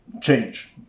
change